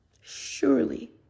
surely